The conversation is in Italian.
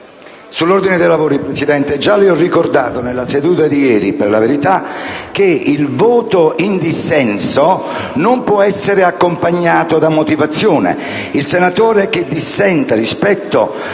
*(PdL)*. Signor Presidente, avevo ricordato già nella seduta di ieri per la verità che il voto in dissenso non può essere accompagnato da motivazione. Il senatore che dissenta rispetto